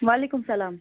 وعلیکُم السَلام